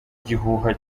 igihuha